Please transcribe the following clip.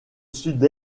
sud